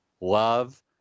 love